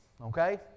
okay